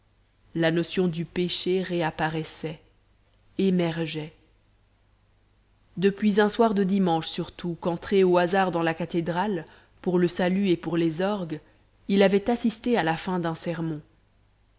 la notion du péché réapparaissait émergeait depuis un soir de dimanche surtout qu'entré au hasard dans la cathédrale pour le salut et pour les orgues il avait assisté à la fin d'un sermon